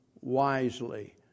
wisely